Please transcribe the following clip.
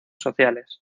sociales